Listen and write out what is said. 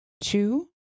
Two